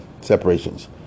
separations